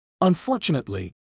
Unfortunately